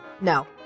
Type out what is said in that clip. no